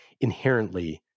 inherently